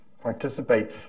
participate